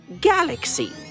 galaxy